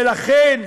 היה לוחם, ולכן,